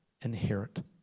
inherit